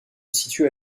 situe